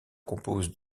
compose